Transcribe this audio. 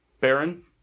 Baron